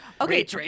okay